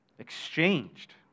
exchanged